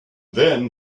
then